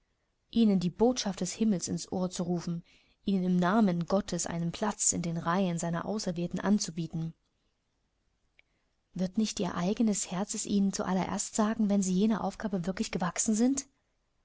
ihnen die botschaft des himmels ins ohr zu rufen ihnen im namen gottes einen platz in den reihen seiner auserwählten anzubieten wird nicht ihr eigenes herz es ihnen zu allererst sagen wenn sie jener aufgabe wirklich gewachsen sind